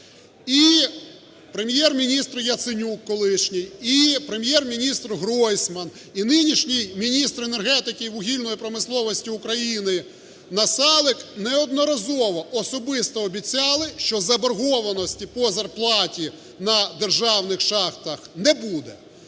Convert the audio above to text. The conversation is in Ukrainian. І Прем'єр-міністр Яценюк, колишній, і Прем'єр-міністр Гройсман, і нинішній міністр енергетики і вугільної промисловості України Насалик неодноразово особисто обіцяли, що заборгованості по зарплаті на державних шахтах не буде.